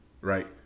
right